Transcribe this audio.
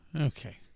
Okay